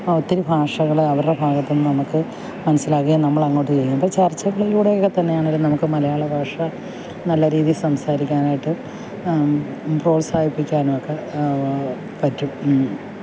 ഒത്തിരി ഭാഷകൾ അവരുടെ ഭാഗത്തുനിന്ന് നമുക്ക് മനസ്സിലാക്കുകയും നമ്മൾ അങ്ങോട്ട് ചെയ്യുമ്പം ചര്ച്ചകളിലൂടെ ഒക്കെ തന്നെയാണെങ്കിലും നമുക്ക് മലയാളഭാഷ നല്ല രീതിയില് സംസാരിക്കാനായിട്ട് പ്രോത്സാഹിപ്പിക്കാനുമൊക്കെ പറ്റും